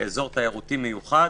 כאזור תיירותי מיוחד,